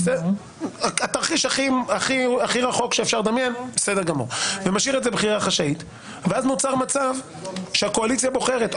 התרחיש הכי רחוק שאפשר לדמיין אז נוצר מצב שהקואליציה בוחרת.